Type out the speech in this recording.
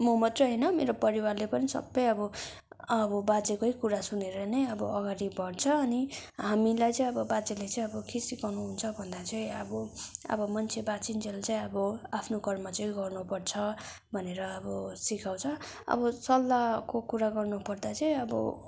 म मात्रै होइन मेरो परिवारले पनि सबै अब अब बाजेकै कुरा सुनेर नै अब अगाडि बड्छ अनि हामीलाई चाहिँ अब बाजेलै चाहिँ अब के सिकाउनु हुन्छ भन्दा चाहिँ अब अब मन्छे अब बाचिन्जेल चाहिँ अब आफ्नो कर्म चाहिँ गर्नु पर्छ भनेर अब सिकाउँछ अब सल्लाहको कुरा गर्नु पर्दा चाहिँ अब